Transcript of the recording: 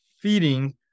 feeding